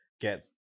get